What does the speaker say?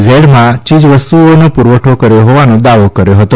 Z માં ચીજવસ્તુઓનો પુરવઠો કર્યો હોવાનો દાવો કર્યો હતો